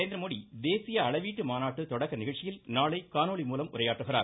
நரேந்திரமோடி தேசிய அளவீட்டு மாநாட்டு தொடக்க நிகழ்ச்சியில் நாளை காணொலிமூலம் உரையாற்றுகிறார்